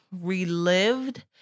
relived